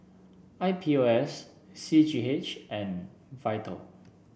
I P O S C G H and Vital